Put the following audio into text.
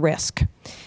risk